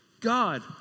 God